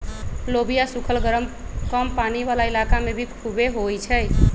लोबिया सुखल गरम कम पानी वाला इलाका में भी खुबे होई छई